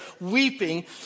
weeping